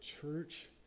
church